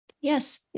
Yes